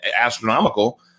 astronomical